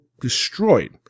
destroyed